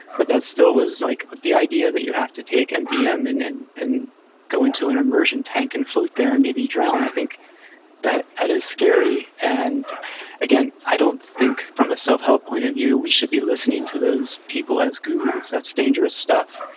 but that still was like, the idea that you have to take mdm and and go into an immersion tank and float there and maybe drown, i think that is scary and again, i don't think, from a self-help point of view, we should be listening to those people as gurus. that's dangerous stuff.